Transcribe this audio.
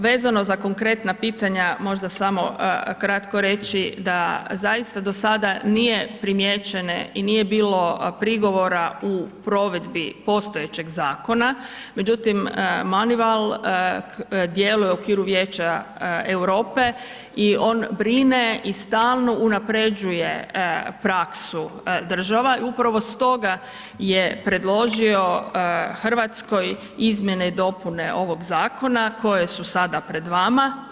Vezano za konkretna pitanja, možda samo kratko reći da zaista do sada nije primijećene i nije bilo prigovora u provedbi postojećeg zakona, međutim Manival djeluje u okviru Vijeća Europe i on brine i stalno unaprjeđuje praksu država i upravo stoga je predložio Hrvatskoj izmjene i dopune ovog zakona koje su sada pred vama.